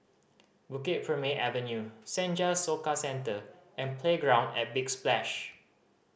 Bukit Purmei Avenue Senja Soka Centre and Playground at Big Splash